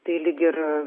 tai lyg ir